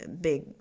big